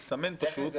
פשוט לסמן את השעות.